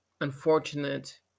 unfortunate